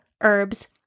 herbs